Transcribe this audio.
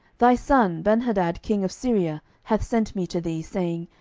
thy son benhadad king of syria hath sent me to thee, saying,